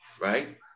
right